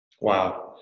Wow